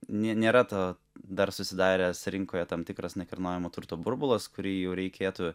nė nėra ta dar susidaręs rinkoje tam tikras nekilnojamo turto burbulas kurį jau reikėtų